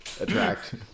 attract